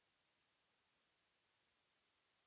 Merci